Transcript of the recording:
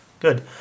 Good